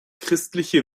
christliche